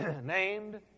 named